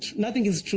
nothing is true